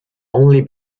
only